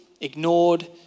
ignored